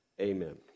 amen